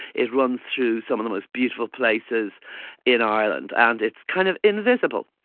it runs through some of the most beautiful places in ireland, and it's kind of invisible.